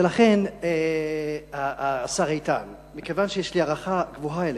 ולכן, השר איתן, מכיוון שיש לי הערכה גבוהה אליך,